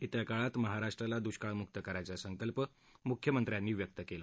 येत्या काळात महाराष्ट्राला दुष्काळ मुक्त करायचा संकल्प मुख्यमंत्र्यांनी व्यक्त केला